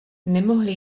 nemohli